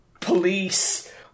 Police